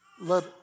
Let